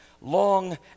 long